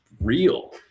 real